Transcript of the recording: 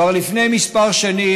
כבר לפני כמה שנים,